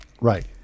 Right